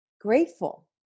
grateful